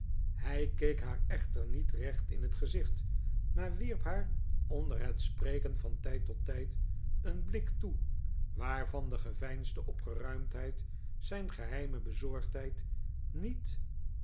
hij keek haar echter niet recht in het gezicht maar wierp haar onder het spreken van tijd tot tijd een blik toe waarvan de geveinsde opgeruimdheid zijn geheime bezorgdheid niet